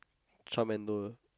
Charmander